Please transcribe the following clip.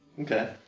Okay